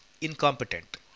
incompetent